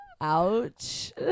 ouch